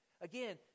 Again